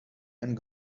and